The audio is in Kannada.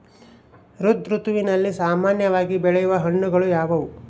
ಝೈಧ್ ಋತುವಿನಲ್ಲಿ ಸಾಮಾನ್ಯವಾಗಿ ಬೆಳೆಯುವ ಹಣ್ಣುಗಳು ಯಾವುವು?